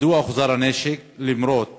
1. מדוע הוחזר הנשק לבעליו למרות